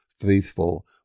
faithful